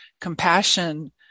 compassion